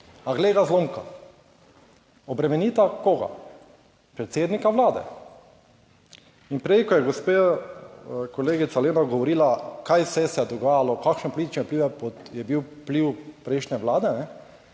A glej ga zlomka, obremenita koga? Predsednika Vlade. In prej, ko je gospa kolegica Lena govorila, kaj vse se je dogajalo, kakšen političen vpliv je bil vpliv prejšnje vlade,